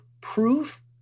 proof